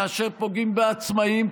כאשר פוגעים בעצמאים,